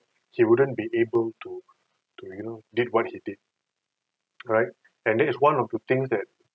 he wouldn't be able to to you know did what he did right and that it is one of the things that